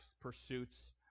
pursuits